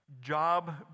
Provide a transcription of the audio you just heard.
job